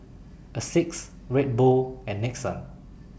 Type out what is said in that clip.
Asics Red Bull and Nixon